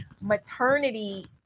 maternity